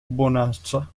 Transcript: bonanza